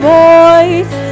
voice